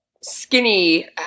skinny